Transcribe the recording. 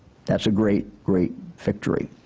that's a great great victory.